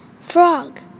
Frog